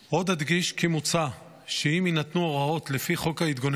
עוד נדגיש כי מוצע שאם יינתנו הוראות לפי חוק ההתגוננות